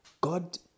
God